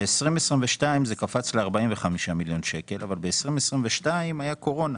ב-2022 זה קפץ ל-45 מיליון שקלים אבל ב-2020 היתה קורונה.